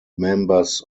members